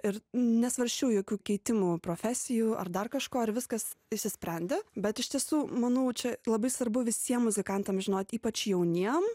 ir nesvarsčiau jokių keitimų profesijų ar dar kažko ir viskas išsisprendė bet iš tiesų manau čia labai svarbu visiem muzikantam žinot ypač jauniem